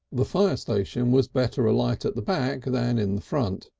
the fire station was better alight at the back than in front,